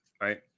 right